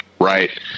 Right